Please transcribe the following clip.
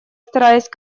стараясь